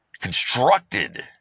constructed